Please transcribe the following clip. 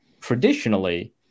traditionally